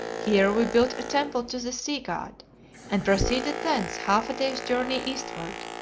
here we built a temple to the sea-god and proceeded thence half a day's journey eastward,